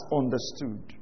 understood